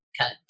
cut